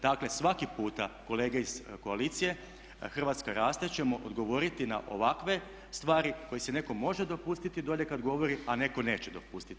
Dakle, svaki puta kolege iz koalicije Hrvatska raste ćemo odgovoriti na ovakve stvari koje si netko može dopustiti dolje kad govori a netko neće dopustiti.